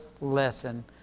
lesson